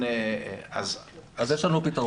אז יש לנו פתרון.